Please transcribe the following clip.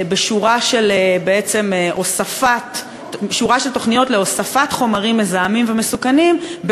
בשורה של תוכניות להוספת חומרים מזהמים ומסוכנים,